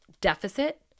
deficit